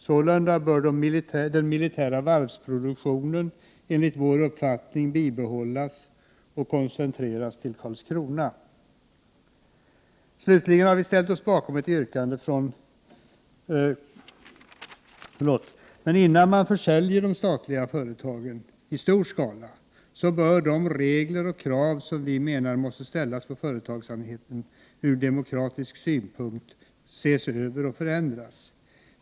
Sålunda bör den militära varvsproduktionen enligt vår uppfattning bibehållas och koncentreras till Karlskrona. Men innan man försäljer statliga företag i stor skala, bör de regler och krav som vi menar måste ställas på företagsamheten ur demokratisk synpunkt ses över och förändras.